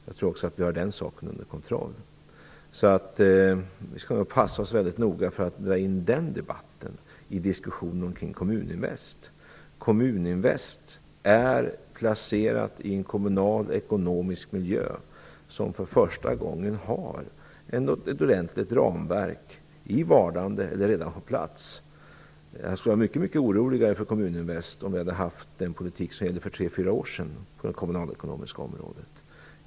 Jag tror också att vi har den saken under kontroll. Vi skall passa oss väldigt noga för att dra in den debatten i diskussionen kring Kommuninvest. Kommuninvest är placerat i en kommunal ekonomisk miljö som för första gången har ett ordentligt ramverk - i vardande eller redan på plats. Jag skulle vara mycket mycket oroligare för Kommuninvest om vi hade haft den politik som gällde för tre fyra år sedan på det kommunalekonomiska området.